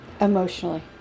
emotionally